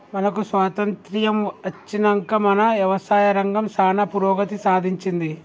మనకు స్వాతంత్య్రం అచ్చినంక మన యవసాయ రంగం సానా పురోగతి సాధించింది